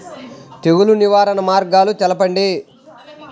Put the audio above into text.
తెగులు నివారణ మార్గాలు తెలపండి?